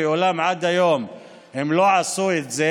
ואולם עד היום הם לא עשו את זה.